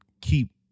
keep